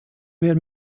mehr